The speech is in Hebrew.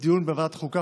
לדיון בוועדת החוקה,